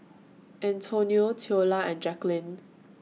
Antonio Theola and Jacquline